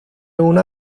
una